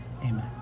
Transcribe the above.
Amen